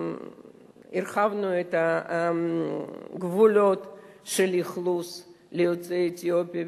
הרחבנו את הגבולות של אכלוס ליוצאי אתיופיה,